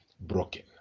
broken